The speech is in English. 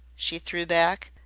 she threw back.